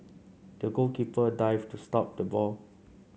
the goalkeeper dived to stop the ball